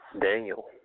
Daniel